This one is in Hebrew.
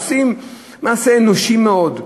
עושים מעשה אנושי מאוד,